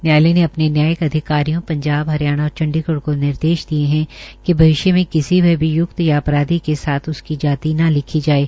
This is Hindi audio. न्यायालय ने अपने न्यायिक अधिकारियों पंजाब हरियाणा और चंडीगा को निर्देश दिए है कि भविष्य मे किसी भी अभियुक्त या अपराधी के साथ उसकी जाति न लिखी जाये